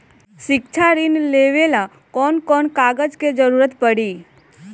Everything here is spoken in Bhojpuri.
शिक्षा ऋण लेवेला कौन कौन कागज के जरुरत पड़ी?